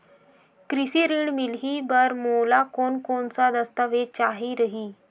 कृषि ऋण मिलही बर मोला कोन कोन स दस्तावेज चाही रही?